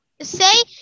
say